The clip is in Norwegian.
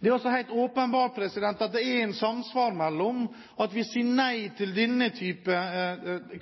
Det er også helt åpenbart at det er et samsvar mellom det at vi sier nei til denne type